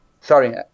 sorry